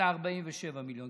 אלא 47 מיליון,